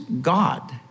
God